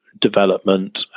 development